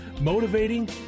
motivating